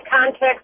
context